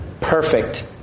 perfect